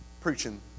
preaching